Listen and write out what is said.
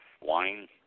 wine